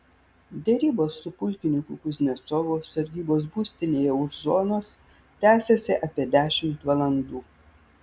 derybos su pulkininku kuznecovu sargybos būstinėje už zonos tęsėsi apie dešimt valandų